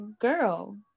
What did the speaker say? girl